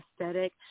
aesthetic